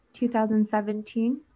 2017